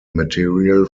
material